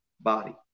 body